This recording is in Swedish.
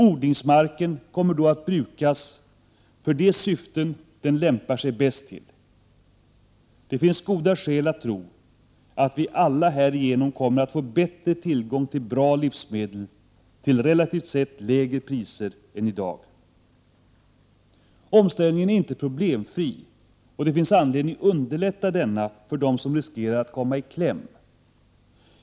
Odlingsmarken kommer då att brukas för de syften som den lämpar sig bäst till. Det finns goda skäl att tro att vi alla härigenom kommer att få bättre tillgång till bra livsmedel till relativt sett lägre priser än i dag. Omställningen är inte problemfri, och det finns anledning att underlätta denna för dem som riskerar att komma i kläm.